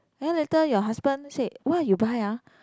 then later your husband said what you buy ah